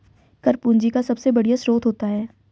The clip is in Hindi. कर पूंजी का सबसे बढ़िया स्रोत होता है